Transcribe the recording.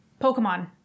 Pokemon